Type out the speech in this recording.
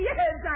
Yes